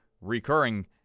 recurring